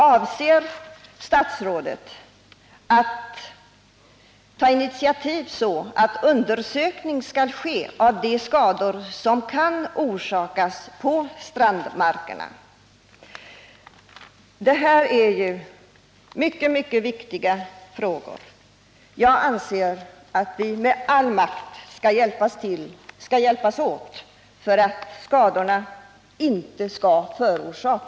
Avser statsrådet att ta initiativ till en undersökning av de skador som oljan kan orsaka på strandmarkerna? Det här är mycket viktiga frågor. Jag anser att vi med all makt skall hjälpas åt för att skador inte skall uppstå.